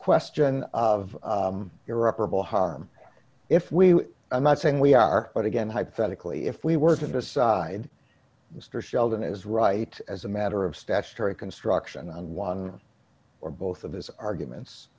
question of irreparable harm if we i'm not saying we are but again hypothetically if we were to decide mr sheldon is right as a matter of statutory construction and one or both of his arguments